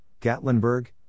Gatlinburg